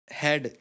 head